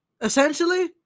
essentially